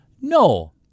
No